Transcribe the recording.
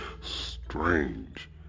Strange